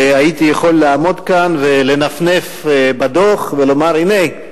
והייתי יכול לעמוד כאן ולנפנף בדוח ולומר: הנה,